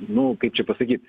nu kaip čia pasakyt